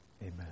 Amen